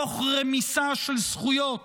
תוך רמיסה של זכויות